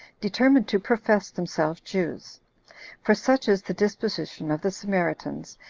determined to profess themselves jews for such is the disposition of the samaritans,